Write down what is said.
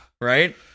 Right